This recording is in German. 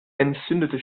entzündete